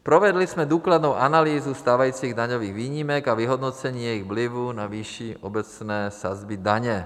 Provedli jsme důkladnou analýzu stávajících daňových výjimek a vyhodnocení jejich vlivu na výši obecné sazby daně.